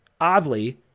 oddly